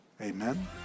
Amen